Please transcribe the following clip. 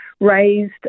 raised